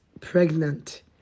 pregnant